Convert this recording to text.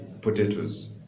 potatoes